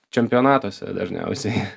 čempionatuose dažniausiai